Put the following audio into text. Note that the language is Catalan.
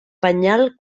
penyal